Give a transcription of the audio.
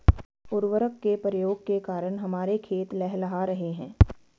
उर्वरक के प्रयोग के कारण हमारे खेत लहलहा रहे हैं